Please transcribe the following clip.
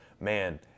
man